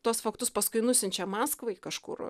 tuos faktus paskui nusiunčia maskvai kažkur